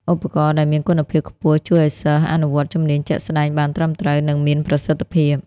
ឧបករណ៍ដែលមានគុណភាពខ្ពស់ជួយឱ្យសិស្សអនុវត្តជំនាញជាក់ស្តែងបានត្រឹមត្រូវ និងមានប្រសិទ្ធភាព។